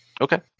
Okay